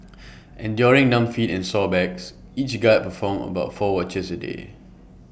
enduring numb feet and sore backs each guard performed about four watches A day